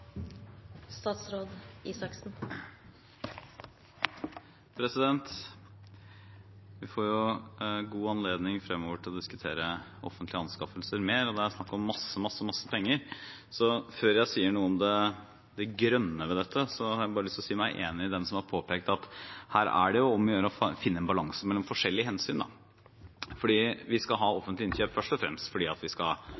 Vi får god anledning fremover til å diskutere offentlige anskaffelser mer. Det er snakk om mye penger, så før jeg sier noe om det grønne ved dette, har jeg lyst å si meg enig med dem som har påpekt at det her er om å gjøre å finne en balanse mellom forskjellige hensyn. Vi skal ha offentlige innkjøp først og fremst fordi vi skal